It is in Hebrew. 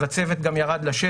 אז הצוות גם ירד לשטח.